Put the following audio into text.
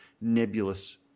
nebulous